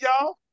y'all